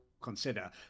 consider